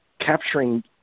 capturing